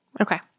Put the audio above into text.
okay